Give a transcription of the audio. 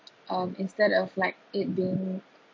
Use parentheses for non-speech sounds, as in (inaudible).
(noise) um instead of like it being